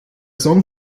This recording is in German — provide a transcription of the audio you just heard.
song